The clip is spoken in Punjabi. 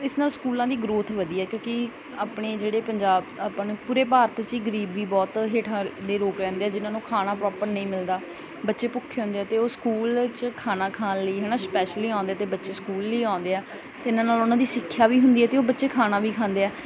ਇਸ ਨਾਲ ਸਕੂਲਾਂ ਦੀ ਗ੍ਰੋਥ ਵਧੀ ਆ ਕਿਉਂਕਿ ਆਪਣੇ ਜਿਹੜੇ ਪੰਜਾਬ ਆਪਾਂ ਨੂੰ ਪੂਰੇ ਭਾਰਤ 'ਚ ਹੀ ਗਰੀਬੀ ਬਹੁਤ ਹੇਠਾਂ ਦੇ ਲੋਕ ਰਹਿੰਦੇ ਆ ਜਿਹਨਾਂ ਨੂੰ ਖਾਣਾ ਪ੍ਰੋਪਰ ਨਹੀਂ ਮਿਲਦਾ ਬੱਚੇ ਭੁੱਖੇ ਹੁੰਦੇ ਆ ਅਤੇ ਉਹ ਸਕੂਲ 'ਚ ਖਾਣਾ ਖਾਣ ਲਈ ਹੈ ਨਾ ਸਪੈਸ਼ਲੀ ਆਉਂਦੇ ਅਤੇ ਬੱਚੇ ਸਕੂਲ ਲਈ ਆਉਂਦੇ ਆ ਅਤੇ ਇਹਨਾਂ ਨਾਲ ਉਹਨਾਂ ਦੀ ਸਿੱਖਿਆ ਵੀ ਹੁੰਦੀ ਅਤੇ ਉਹ ਬੱਚੇ ਖਾਣਾ ਵੀ ਖਾਂਦੇ ਆ